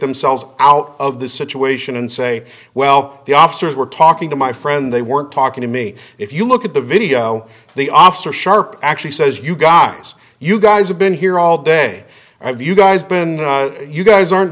themselves out of the situation and say well the officers were talking to my friend they weren't talking to me if you look at the video the officer sharp actually says you guys you guys have been here all day have you guys been you guys aren't